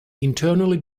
internally